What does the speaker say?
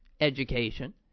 education